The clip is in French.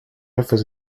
faisait